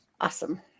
Awesome